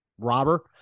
Robber